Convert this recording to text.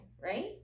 right